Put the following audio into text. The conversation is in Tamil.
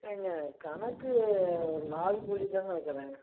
ஏங்க கணக்கு ஒரு நாள் கூலிதாங்க வைக்கிறேன்